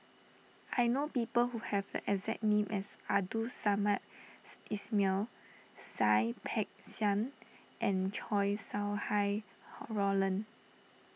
I know people who have the exact name as Abdul Samad Ismail Seah Peck Seah and Chow Sau Hai Roland